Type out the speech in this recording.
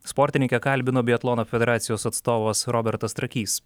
sportininkę kalbino biatlono federacijos atstovas robertas trakys